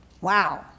Wow